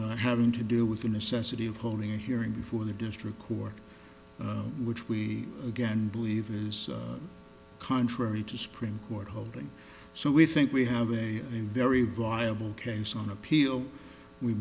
having to do with the necessity of holding a hearing before the district court which we again believe is contrary to supreme court holding so we think we have a very viable case on appeal we